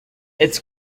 its